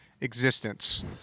existence